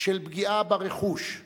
של פגיעה ברכוש,